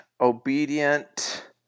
obedient